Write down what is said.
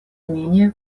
менее